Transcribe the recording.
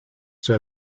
zur